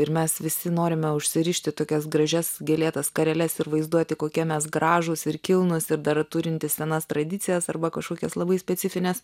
ir mes visi norime užsirišti tokias gražias gėlėtas skareles ir vaizduoti kokie mes gražūs ir kilnūs ir dar turintys senas tradicijas arba kažkokias labai specifines